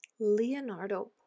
Leonardo